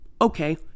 Okay